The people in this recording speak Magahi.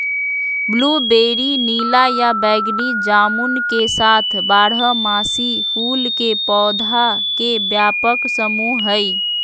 ब्लूबेरी नीला या बैगनी जामुन के साथ बारहमासी फूल के पौधा के व्यापक समूह हई